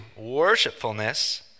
worshipfulness